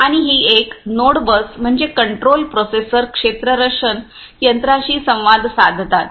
आणि ही एक नोड बस म्हणजे कंट्रोल प्रोसेसर क्षेत्ररक्षण यंत्रांशी संवाद साधतात